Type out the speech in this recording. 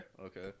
Okay